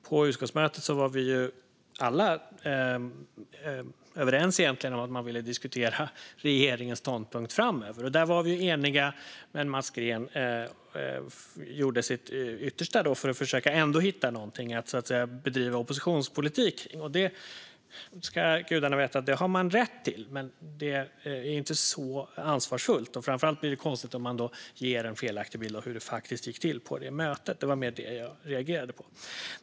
På utskottsmötet var vi alla egentligen överens om att man ville diskutera regeringens ståndpunkt framöver. Vi var eniga, men Mats Green gjorde sitt yttersta för att ändå försöka hitta något att bedriva oppositionspolitik runt. Gudarna ska veta att man har rätt till det, men det är inte så ansvarsfullt. Framför allt blir det konstigt om man ger en felaktig bild av hur det faktiskt gick till på mötet; det var mer det jag reagerade på.